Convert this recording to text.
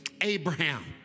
Abraham